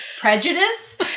prejudice